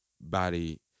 body